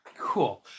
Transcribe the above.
Cool